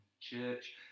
church